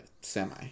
semi